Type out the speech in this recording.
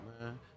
man